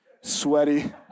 sweaty